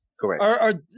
Correct